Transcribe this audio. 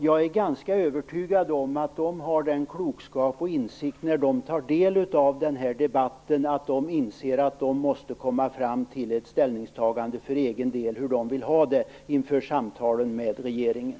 Jag är ganska övertygad om att de har den klokskap och insikt när de tar del av den här debatten att de inser att de för egen del måste komma fram till ett ställningstagande om hur de vill ha det inför samtalen med regeringen.